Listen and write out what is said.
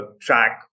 track